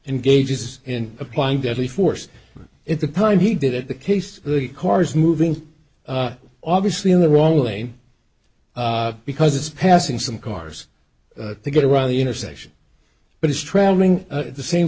engages in applying deadly force if the parent he did it the case the car is moving obviously in the wrong lane because it's passing some cars to get around the intersection but it's travelling at the same